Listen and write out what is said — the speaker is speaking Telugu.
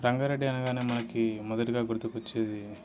రంగారెడ్డి అనగానే మనకి మొదటిగా గుర్తుకొచ్చేది